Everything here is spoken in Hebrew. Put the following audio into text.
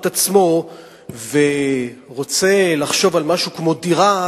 עצמו ורוצה לחשוב על משהו כמו דירה,